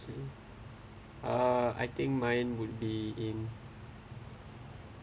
uh I think mine would be in